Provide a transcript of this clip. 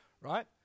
right